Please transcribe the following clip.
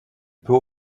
peut